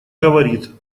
говорит